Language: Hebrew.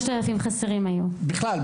להלן תרגומם: 3,000 חסרים היום.) בכלל,